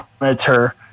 monitor